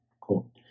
Cool